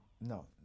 no